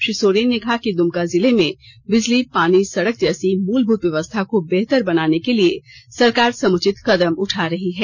श्री सोरेन ने कहा कि दुमका जिले में बिजली पानीसड़क जैसी मूलभूत व्यवस्था को बेहतर बनाने के लिए सरकार समुचित कदम उठा रही है